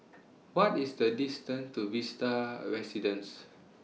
What IS The distance to Vista Residences